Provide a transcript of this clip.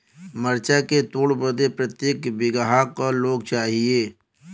मरचा के तोड़ बदे प्रत्येक बिगहा क लोग चाहिए?